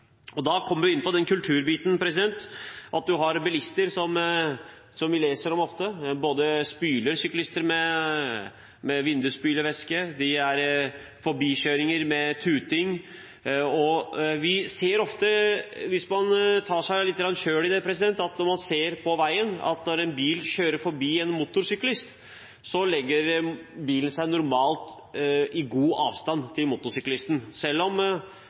Da kommer jeg inn på kulturbiten, og at man har bilister – som vi leser om ofte – som både spyler syklister med vindusspylervæske og kjører forbi og tuter. Hvis man tenker over det selv, er det jo slik at når man ser at en bil kjører forbi en motorsyklist, legger bilen seg normalt i god avstand til motorsyklisten, selv om